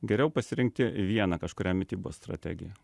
geriau pasirinkti vieną kažkurią mitybos strategiją